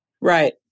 right